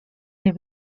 they